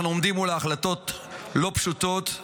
אנחנו עומדים מול החלטות לא פשוטות,